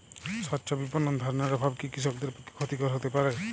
স্বচ্ছ বিপণন ধারণার অভাব কি কৃষকদের পক্ষে ক্ষতিকর হতে পারে?